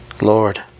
Lord